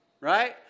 right